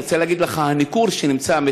אני רוצה להגיד לך שיש ניכור מטעם